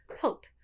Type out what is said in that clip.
Hope